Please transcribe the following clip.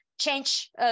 change